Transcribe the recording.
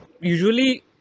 Usually